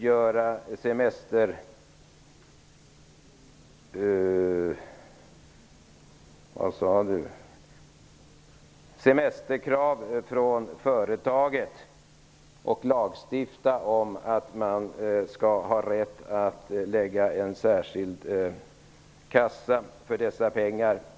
Det talades om semesterkrav från företaget och att man skulle lagstifta om rätten att ha en särskild kassa för dessa pengar.